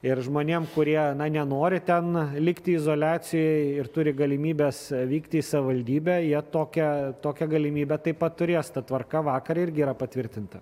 ir žmonėm kurie nenori ten likti izoliacijoj ir turi galimybes vykti į savivaldybę jie tokią tokią galimybę taip pat turės ta tvarka vakar irgi yra patvirtinta